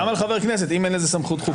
גם על חבר כנסת, אם אין לזה סמכות חוקית?